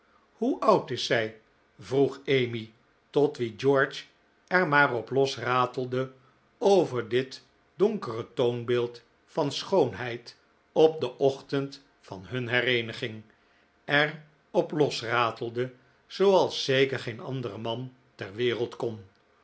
hoe oud is zij vroeg emmy tot wie george er maar op los ratelde over dit donkere toonbeeld van schoonheid op den ochtend van hun hereeniging er op los ratelde zooals zeker geen andere man ter wereld kon